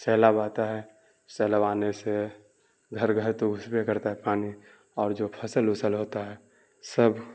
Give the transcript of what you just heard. سیلاب آتا ہے سیلاب آنے سے گھر گھر تو گھس بے کرتا ہے پانی اور جو فصل وصل ہوتا ہے سب